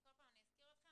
אני כל פעם אזכיר אתכם,